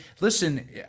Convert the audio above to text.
listen